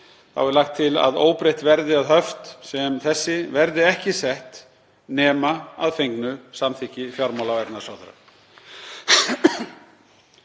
Þá er lagt til að óbreytt verði að höft sem þessi verði ekki sett nema að fengnu samþykki fjármála- og efnahagsráðherra.